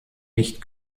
nicht